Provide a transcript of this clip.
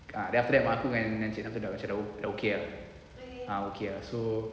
ah then after that mak aku dengan cik na macam dah dah okay ah ah okay ah so